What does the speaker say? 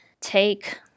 take